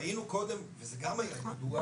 מה שגם היה ידוע.